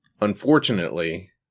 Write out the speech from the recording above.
unfortunately